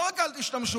לא רק אל תשתמשו,